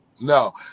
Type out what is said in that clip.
no